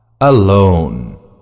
Alone